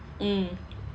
mm